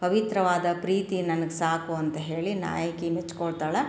ಪವಿತ್ರವಾದ ಪ್ರೀತಿ ನನಗೆ ಸಾಕು ಅಂತ ಹೇಳಿ ನಾಯಕಿ ಮೆಚ್ಕೊಳ್ತಾಳೆ